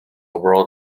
world